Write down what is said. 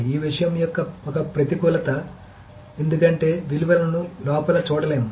ఈ విషయం యొక్క ఒక ప్రతికూలత ఎందుకంటే విలువలను లోపల చూడలేము